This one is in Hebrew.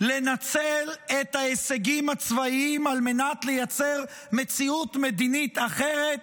לנצל את ההישגים הצבאיים על מנת לייצר מציאות מדינית אחרת,